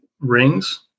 rings